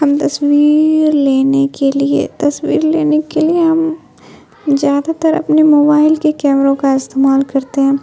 ہم تصویر لینے کے لیے تصویر لینے کے لیے ہم زیادہ تر اپنے موبائل کے کیمروں کا استعمال کرتے ہیں